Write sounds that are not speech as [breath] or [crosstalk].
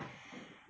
[breath]